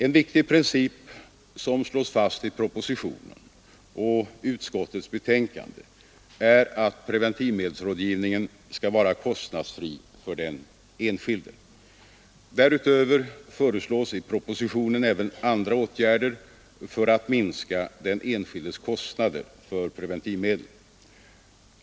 En viktig princip som slås fast i propositionen och utskottets betänkande är att preventivmedelsrådgivningen skall vara kostnadsfri för den enskilde. Därutöver föreslås i propositionen även andra åtgärder för att minska den enskildes kostnader för preventivmedel.